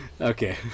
Okay